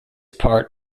part